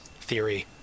theory